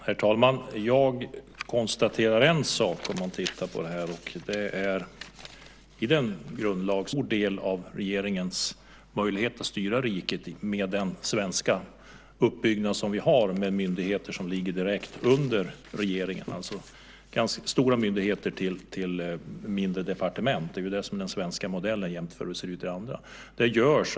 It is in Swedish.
Herr talman! Jag konstaterar en sak när jag tittar på det här: I den grundlag som finns är det regeringen som styr riket, och det här är en stor del av regeringens möjlighet att styra riket med den uppbyggnad vi har i Sverige, med myndigheter som ligger direkt under regeringen, stora myndigheter kopplade till mindre departement. Det är ju det som är den svenska modellen jämfört med hur det är i andra länder.